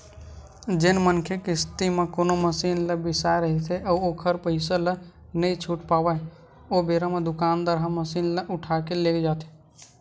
जेन मनखे किस्ती म कोनो मसीन ल बिसाय रहिथे अउ ओखर पइसा ल नइ छूट पावय ओ बेरा म दुकानदार ह मसीन ल उठाके लेग जाथे